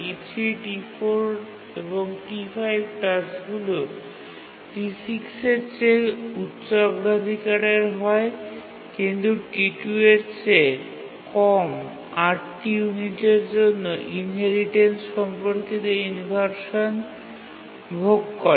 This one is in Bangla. T3 T4 এবং T5 টাস্কগুলি T6 এর চেয়ে উচ্চ অগ্রাধিকারের হয় কিন্তু T2 এর চেয়ে কম ৮ টি ইউনিটের জন্য ইনহেরিটেন্স সম্পর্কিত ইনভারসান ব্যবহার করে